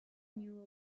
new